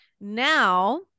Now